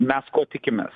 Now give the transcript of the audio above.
mes ko tikimės